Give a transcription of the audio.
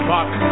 Fuck